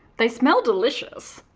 they smell delicious!